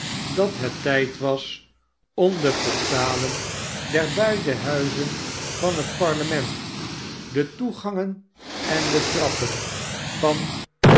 dat het tijd was om de portalen der beide huizen van het parlement de toegangen en de trappen van